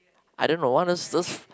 I don't know one of those those